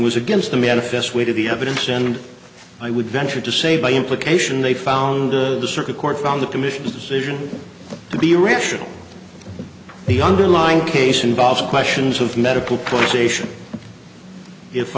was against the manifest weight of the evidence and i would venture to say by implication they found the circuit court found the commission's decision to be irrational the underlying case involved questions of medical